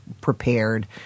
prepared